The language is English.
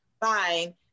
fine